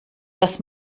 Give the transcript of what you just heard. dass